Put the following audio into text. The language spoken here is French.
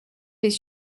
des